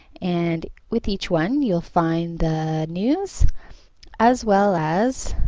and with each one you'll find the news as well as